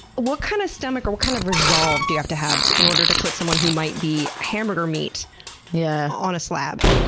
what kind of stomach, or what kind of resolve do you have to have in order to put someone who might be hamburger meat yeah on a slab?